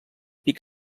pic